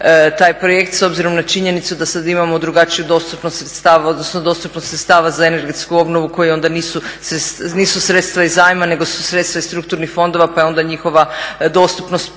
taj projekt s obzirom na činjenicu da sada imamo drugačiju dostupnost sredstava, odnosno dostupnost sredstava za energetsku obnovu koja onda nisu sredstva iz zajma nego su sredstva iz strukturnih fondova pa je onda njihova dostupnost puno